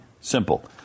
Simple